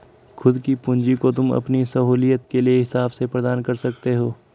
खुद की पूंजी को तुम अपनी सहूलियत के हिसाब से प्रदान कर सकते हो